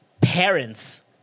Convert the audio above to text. parents